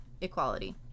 equality